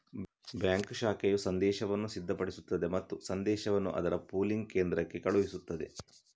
bank ಶಾಖೆಯು ಸಂದೇಶವನ್ನು ಸಿದ್ಧಪಡಿಸುತ್ತದೆ ಮತ್ತು ಸಂದೇಶವನ್ನು ಅದರ ಪೂಲಿಂಗ್ ಕೇಂದ್ರಕ್ಕೆ ಕಳುಹಿಸುತ್ತದೆ